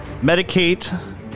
medicate